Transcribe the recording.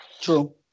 True